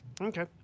Okay